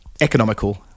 economical